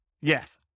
Yes